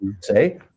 say